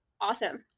awesome